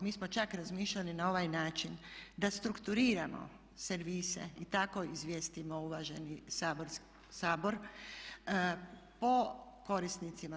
Mi smo čak razmišljali na ovaj način, da strukturiramo servise i tako izvijestimo uvaženi Sabor po korisnicima.